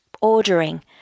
ordering